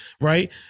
right